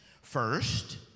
First